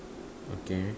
okay